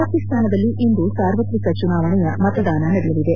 ಪಾಕಿಸ್ನಾನದಲ್ಲಿ ಇಂದು ಸಾರ್ವತ್ರಿಕ ಚುನಾವಣೆಯ ಮತದಾನ ನಡೆಯಲಿದೆ